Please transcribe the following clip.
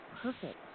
perfect